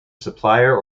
supplier